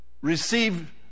receive